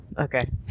Okay